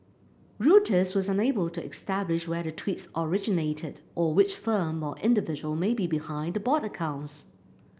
reuters was unable to establish where the tweets originated or which firm or individual may be behind the bot accounts